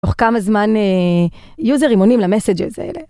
תוך כמה זמן יוזרים עונים ל-massages האלה.